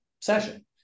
session